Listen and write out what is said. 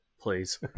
Please